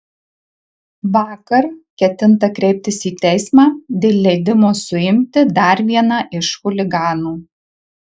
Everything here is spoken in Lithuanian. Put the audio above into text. vakar ketinta kreiptis į teismą dėl leidimo suimti dar vieną iš chuliganų